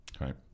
Right